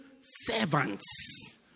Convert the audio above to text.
servants